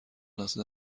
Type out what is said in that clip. لحظه